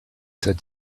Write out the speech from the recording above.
said